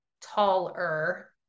taller